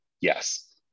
yes